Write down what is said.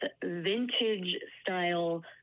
vintage-style